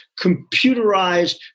computerized